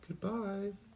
Goodbye